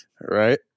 Right